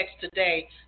today